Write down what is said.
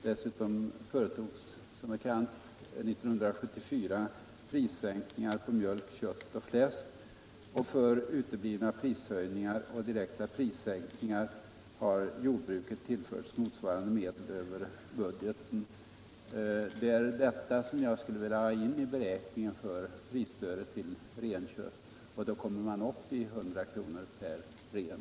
Dessutom företogs som bekant 1974 prissänkningar på mjölk, kött och fläsk, och för uteblivna prishöjningar och direkta prissänkningar har jordbruket tillförts motsvarande medel över budgeten. Det är detta som jag skulle vilja få in i beräkningen av prisstödet till renkött, och då kommer man upp i minst 100 kr. per ren.